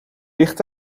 licht